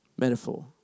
Metaphor